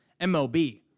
MLB